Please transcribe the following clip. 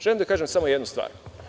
Želim da kažem samo jednu stvar.